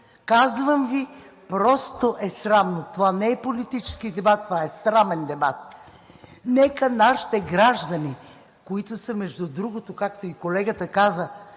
Казвам Ви, просто е срамно. Това не е политически дебат, това е срамен дебат. Нека нашите граждани, които са, между другото, както и колегата каза,